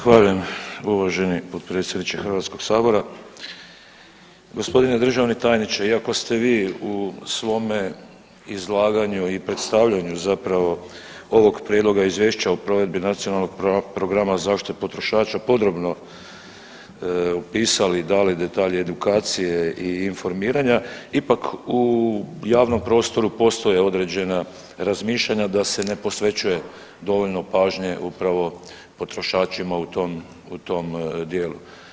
Zahvaljujem uvaženi potpredsjedniče HS-a, g. državni tajniče, iako ste vi u svome izlaganja u predstavljanju, zapravo ovog prijedlog Izvješća o provedbi Nacionalnog programa zaštite potrošača podrobno upisali i dali detalje edukacije i informiranja, ipak u javnom prostoru postoje određena razmišljanja da se ne posvećuje dovoljno pažnje upravo potrošačima u tom dijelu.